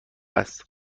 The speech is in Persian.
است